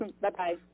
Bye-bye